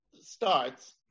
starts